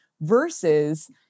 versus